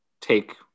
take